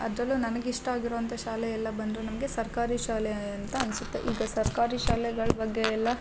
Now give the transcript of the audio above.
ಅದರಲ್ಲೂ ನಮಗಿಷ್ಟ ಆಗಿರುವಂಥ ಶಾಲೆ ಎಲ್ಲ ಬಂದು ನಮಗೆ ಸರ್ಕಾರಿ ಶಾಲೆ ಅಂತ ಅನ್ಸುತ್ತೆ ಈಗ ಸರ್ಕಾರಿ ಶಾಲೆಗಳ ಬಗ್ಗೆ ಎಲ್ಲ